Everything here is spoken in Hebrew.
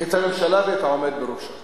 את הממשלה ואת העומד בראשה